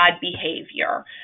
behavior